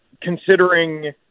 considering